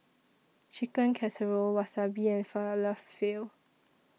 Chicken Casserole Wasabi and Falafel